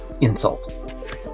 insult